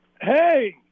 Hey